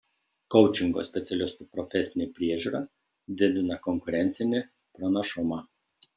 koučingo specialistų profesinė priežiūra didina konkurencinį pranašumą